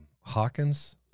Hawkins